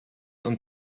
und